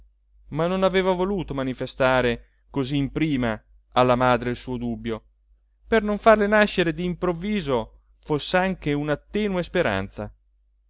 ma non aveva voluto manifestare così in prima alla madre il suo dubbio per non farle nascere di improvviso foss'anche una tenue speranza